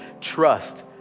trust